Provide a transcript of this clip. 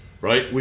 right